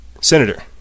Senator